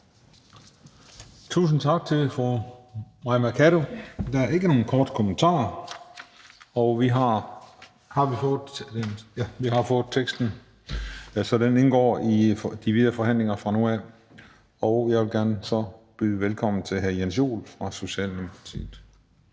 Tusind tak til fru Mai Mercado. Der er ikke nogen korte bemærkninger. Vi har fået vedtagelsesteksten, og den indgår i de videre forhandlinger fra nu af. Jeg vil så gerne byde velkommen til hr. Jens Joel fra Socialdemokratiet.